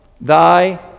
thy